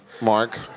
Mark